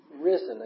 risen